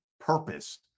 purpose